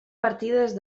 partides